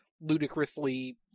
ludicrously